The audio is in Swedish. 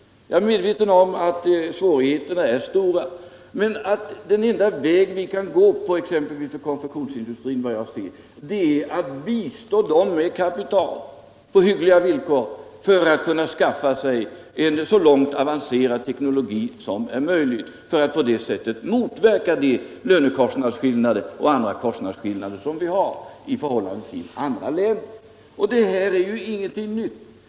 Jag är medveten om att svårigheterna är stora, men den enda väg som vi enligt min mening kan gå är att bistå konfektionsindustrin med kapital på hyggliga villkor, så att den kan skaffa sig en så avancerad teknisk utrustning som möjligt. På det sättet kan man motverka de lönekostnadsskillnader och andra kostnadsskillnader som vi har i förhållande till andra länder. Det här är ingenting nytt.